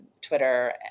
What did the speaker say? Twitter